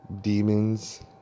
demons